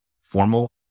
formal